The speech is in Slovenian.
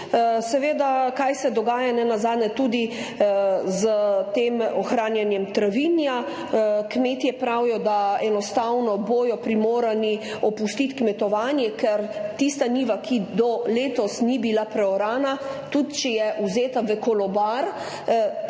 seveda, kaj se dogaja, nenazadnje tudi s tem ohranjanjem travinja. Kmetje pravijo, da bodo enostavno primorani opustiti kmetovanje, ker tista njiva, ki do letos ni bila preorana, tudi če je vzeta v kolobar,